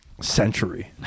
century